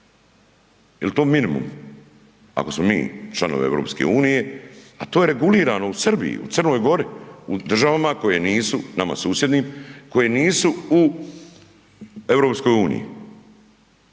Jel to minimum? Ako smo mi članovi EU, a to je regulirano u Srbiji, u Crnoj Gori, u državama koje nisu, nama susjednim, koje nisu u EU,